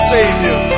Savior